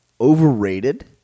Overrated